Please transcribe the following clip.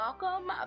Welcome